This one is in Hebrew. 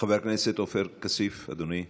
חבר הכנסת עפר כסיף, אדוני.